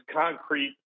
concrete